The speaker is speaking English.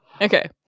Okay